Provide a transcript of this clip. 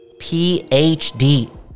PhD